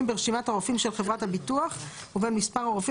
ברשימת הרופאים של חברת הביטוח ובין מספר הרופאים